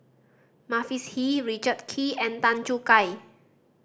Mavis Hee Richard Kee and Tan Choo Kai